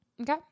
Okay